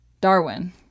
Darwin